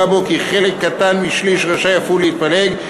בו כי חלק הקטן משליש רשאי אף הוא להתפלג,